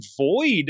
void